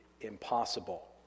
impossible